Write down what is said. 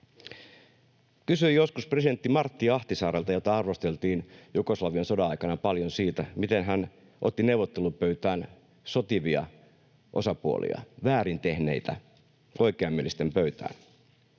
Kysyin joskus presidentti Martti Ahtisaarelta, jota arvosteltiin Jugoslavian sodan aikana paljon, siitä, miten hän otti neuvottelupöytään sotivia osapuolia, väärin tehneitä oikeamielisten pöytään.